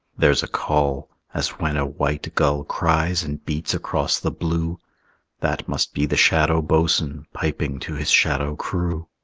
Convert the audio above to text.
there's a call, as when a white gull cries and beats across the blue that must be the shadow boatswain piping to his shadow crew.